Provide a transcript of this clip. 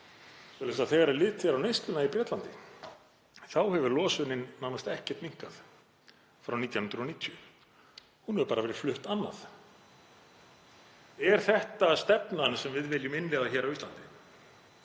Bretlands. Þegar litið er á neysluna í Bretlandi hefur losunin nánast ekkert minnkað frá 1990, hún hefur bara verið flutt annað. Er þetta stefnan sem við viljum innleiða hér á Íslandi,